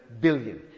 billion